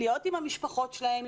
להיות עם המשפחות שלהם,